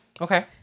Okay